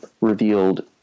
revealed